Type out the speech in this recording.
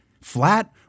flat